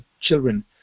children